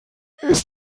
ist